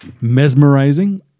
mesmerizing